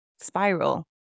spiral